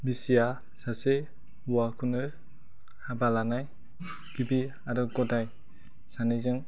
बिसिआ सासे हौवाखौनो हाबा लानाय गिबि आरो गदाय सानैजों